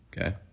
okay